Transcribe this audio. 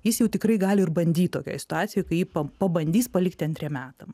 jis jau tikrai gali ir bandyt tokioj situacijoj kaip pabandys palikti antriem metam